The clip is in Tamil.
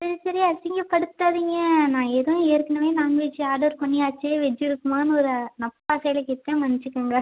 சரி சரி அசிங்கப்படுத்தாதீங்க நான் ஏதோ ஏற்கனவே நாண்வெஜ் ஆடர் பண்ணியாச்சே வெஜ் இருக்குமான்னு ஒரு நப்பாசையில் கேட்டேன் மன்னிச்சுக்கங்க